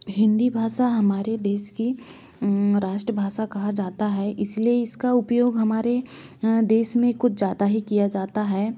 हिंदी भाषा हमारे देश की राष्ट्रभाषा कहा जाता है इसलिए इसका उपयोग हमारे देश में कुछ ज़्यादा ही किया जाता है